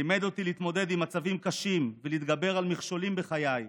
לימד אותי להתמודד עם מצבים קשים ולהתגבר על מכשולים בחיי.